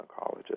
oncologist